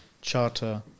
charter